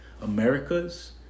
Americas